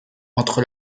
entre